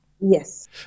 Yes